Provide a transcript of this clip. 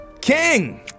King